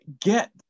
get